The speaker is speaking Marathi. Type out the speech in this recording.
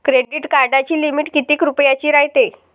क्रेडिट कार्डाची लिमिट कितीक रुपयाची रायते?